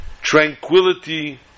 tranquility